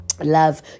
love